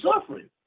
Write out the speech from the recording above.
suffering